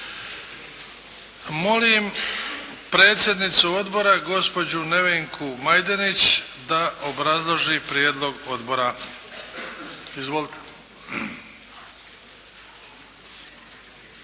Molim predsjednicu odbora gospođu Nevenku Majdenić da obrazloži prijedlog odbora. Izvolite.